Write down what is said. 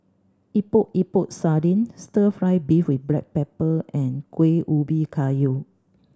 Epok Epok Sardin Stir Fry beef with black pepper and Kuih Ubi Kayu